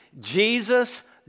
Jesus